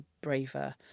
braver